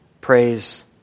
Praise